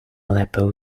aleppo